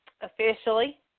officially